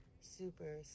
super